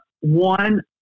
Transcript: one